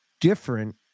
different